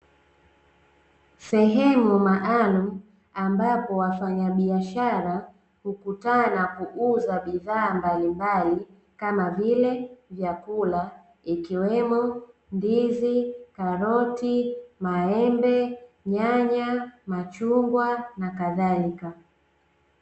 Sehemu maalumu ambapo wafanyabiashara hukutana kuuza bidhaa mbalimbali kama vile vyakula, ikiwemo: ndizi, karoti, maembe, nyanya, machungwa na kadhalika.